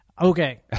Okay